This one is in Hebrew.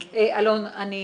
אלון, אני